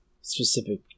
specific